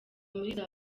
muri